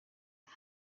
aba